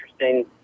interesting